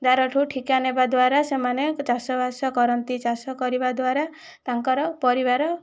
ଦାରଠୁ ଠିକା ନେବା ଦ୍ଵାରା ସେମାନେ ଚାଷ ବାସ କରନ୍ତି ଚାଷ କରିବା ଦ୍ଵାରା ତାଙ୍କର ପରିବାର